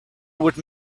would